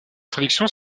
traductions